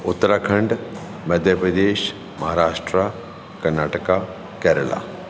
Uttarakhand Madhya Pradesh Maharashtra Karnataka Kerala